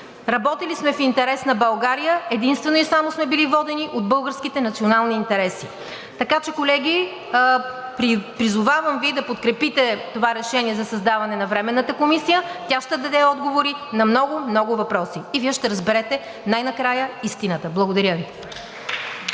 Работили сме в интерес на България, единствено и само сме били водени от българските национални интереси. Колеги, призовавам Ви да подкрепите това решение за създаване на Временната комисия. Тя ще даде отговори на много, много въпроси и Вие ще разберете най-накрая истината. Благодаря.